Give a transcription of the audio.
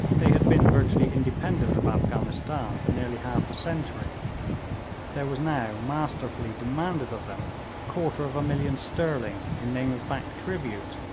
they had been virtually independent of afghanistan for nearly half a century there was now masterfully demanded of them quarter of a million sterling in name of back tribute,